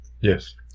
Yes